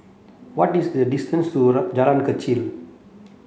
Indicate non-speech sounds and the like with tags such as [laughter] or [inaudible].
what is the distance to [unintelligible] Jalan Kechil